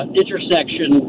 intersection